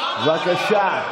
בבקשה.